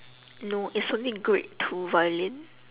no it's only grade two violin